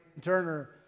Turner